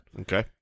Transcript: Okay